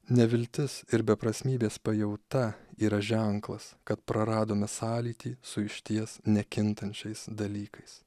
neviltis ir beprasmybės pajauta yra ženklas kad praradome sąlytį su išties nekintančiais dalykais